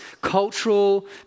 cultural